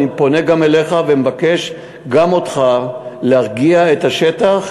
ואני פונה גם אליך ומבקש גם ממך להרגיע את השטח,